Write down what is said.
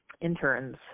interns